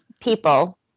people